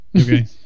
Okay